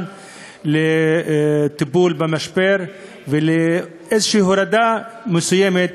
כלשהו לטיפול במשבר ולהורדה מסוימת